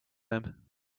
him